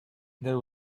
there